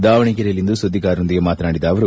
ದಾವಣಗೆರೆಯಲ್ಲಿಂದು ಸುದ್ದಿಗಾರರೊಂದಿಗೆ ಮಾತನಾಡಿದ ಅವರು